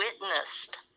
witnessed